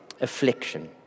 affliction